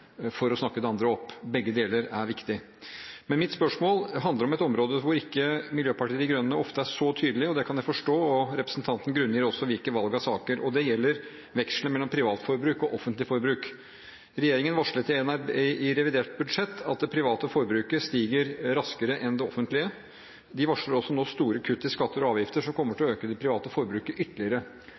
for å snakke det andre opp – begge deler er viktig. Men mitt spørsmål handler om et område hvor ikke Miljøpartiet De Grønne ofte er så tydelige, og det kan jeg forstå, og representanten grunngir også hvilke valg av saker, og det gjelder veksel mellom privat forbruk og offentlig forbruk. Regjeringen varslet i revidert budsjett at det private forbruket stiger raskere enn det offentlige. De varsler nå også store kutt i skatter og avgifter som kommer til å øke det private forbruket ytterligere.